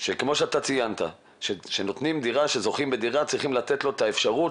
כפי שציינת שכשזוכים בדירה צריכים לתת את האפשרות